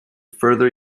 further